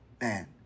Man